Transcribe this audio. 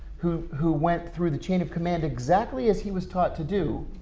who who went through the chain of command exactly as he was taught to do